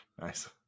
Nice